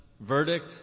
verdict